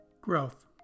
Growth